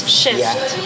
shift